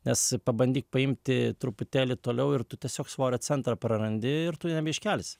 nes pabandyk paimti truputėlį toliau ir tu tiesiog svorio centrą prarandi ir tu nebeiškelsi